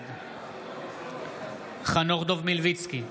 בעד חנוך דב מלביצקי,